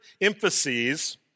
emphases